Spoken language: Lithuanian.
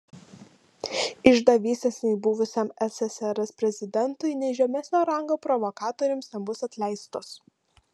išdavystės nei buvusiam ssrs prezidentui nei žemesnio rango provokatoriams nebus atleistos